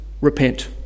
repent